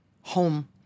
home